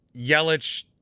Yelich